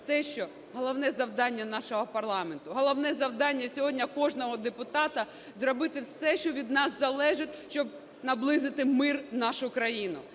те, що головне завдання нашого парламенту, головне завдання сьогодні кожного депутата – зробити все, що від нас залежить, щоб наблизити мир в нашу країну.